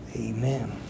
Amen